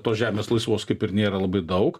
tos žemės laisvos kaip ir nėra labai daug